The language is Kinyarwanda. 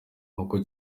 inkoko